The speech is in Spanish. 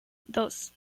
dos